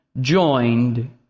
joined